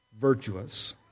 virtuous